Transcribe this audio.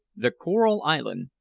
the coral island,